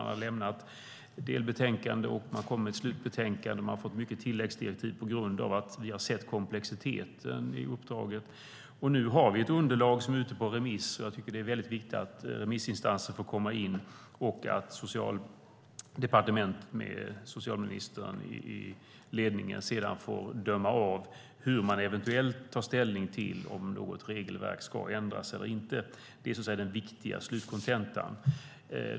Man har lämnat ett delbetänkande, och man kommer med ett slutbetänkande. Man har fått många tilläggsdirektiv på grund av att vi har sett komplexiteten i uppdraget. Nu har vi ett underlag som är ute på remiss, och det är mycket viktigt att remissinstanserna får komma in med sina svar och att Socialdepartementet med socialministern i ledningen sedan får bedöma om man eventuellt ska ta ställning till om något regelverk ska ändras eller inte. Det är den viktiga slutkontentan.